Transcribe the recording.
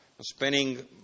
spending